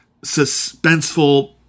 suspenseful